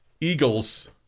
Eagles